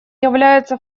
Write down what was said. является